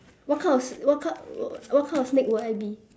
what kind of what kind what what kind of snake would I be